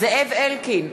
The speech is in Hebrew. זאב אלקין,